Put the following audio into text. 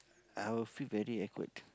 I will feel very awkward